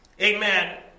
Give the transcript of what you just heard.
Amen